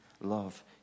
love